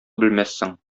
белмәссең